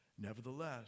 Nevertheless